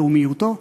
לאומיותו,